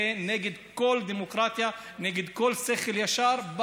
זה נגד כל דמוקרטיה ונגד כל שכל ישר,